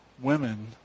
women